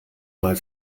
mal